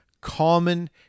Common